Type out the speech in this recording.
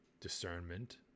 discernment